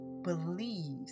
believes